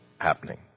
happening